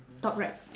top right